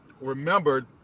remembered